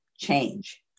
change